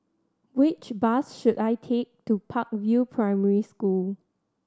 which bus should I take to Park View Primary School